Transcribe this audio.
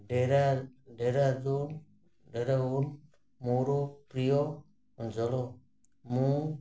ଡେରା ଡେରାଡ଼ୁନ୍ ମୋର ପ୍ରିୟ ଅଞ୍ଚଳ ମୁଁ